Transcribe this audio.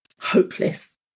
hopeless